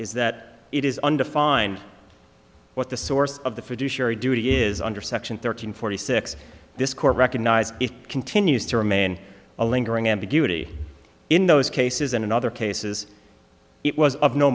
is that it is undefined what the source of the fiduciary duty is under section thirteen forty six this court recognized it continues to remain a lingering ambiguity in those cases and in other cases it was of no